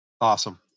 Awesome